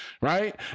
right